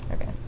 Okay